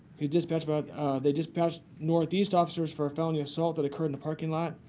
the dispatch but they dispatched northeast officers for a felony assault that occurred in the parking lot.